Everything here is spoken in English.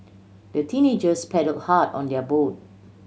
the teenagers paddle hard on their boat